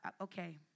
Okay